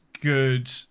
good